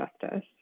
justice